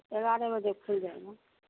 ग्यारह बजे खुल जाएगा